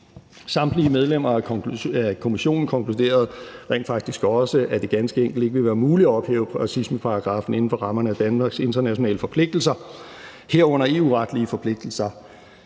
Samtlige medlemmer af kommissionen konkluderede rent faktisk også, at det ganske enkelt ikke vil være muligt at ophæve racismeparagraffen inden for rammerne af Danmarks internationale forpligtelser, herunder de EU-retlige forpligtelser.